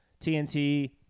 TNT